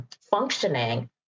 functioning